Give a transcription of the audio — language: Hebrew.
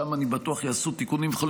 שם אני בטוח שיעשו תיקונים וכו'.